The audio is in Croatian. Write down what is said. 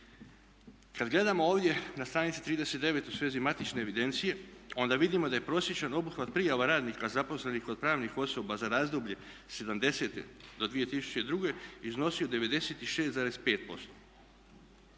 Kad gledamo ovdje na stranici 39. u svezi matične evidencije onda vidimo da je prosječan obuhvat prijava radnika zaposlenih kod pravnih osoba za razdoblje '70. do 2002. iznosio 96,5%,